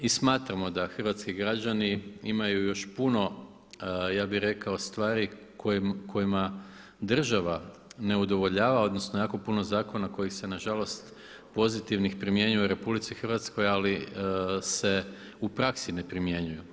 I smatramo da hrvatski građani imaju još puno stvari kojima država ne udovoljava odnosno jako puno zakona koji se nažalost pozitivnih primjenjuje u RH ali se u praksi ne primjenjuju.